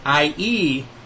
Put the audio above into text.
Ie